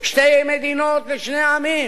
שתי מדינות לשני עמים.